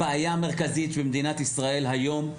הבעיה המרכזית במדינת ישראל היום,